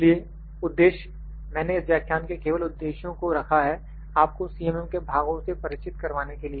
इसलिए उद्देश्य मैंने इस व्याख्यान के केवल उद्देश्यों को रखा है आपको CMM के भागों से परिचित करवाने के लिए